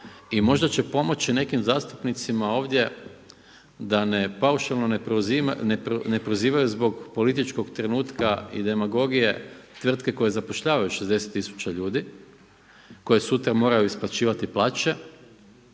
I možda će pomoći nekim zastupnicima ovdje da ne paušalno ne prozivaju zbog političkog trenutka i demagogije tvrtke koje zapošljavaju 60 tisuća ljudi, koje sutra moraju isplaćivati plaće